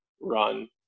run